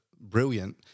brilliant